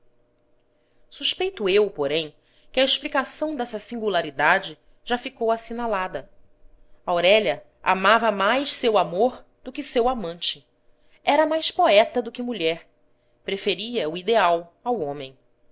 suspeito eu porém que a explicação dessa singularidade já ficou assinalada aurélia amava mais seu amor do que seu amante era mais poeta do que mulher preferia o ideal ao homem